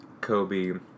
Kobe